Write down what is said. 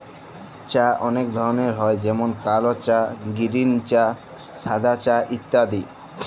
চাঁ অলেক ধরলের হ্যয় যেমল কাল চাঁ গিরিল চাঁ সাদা চাঁ ইত্যাদি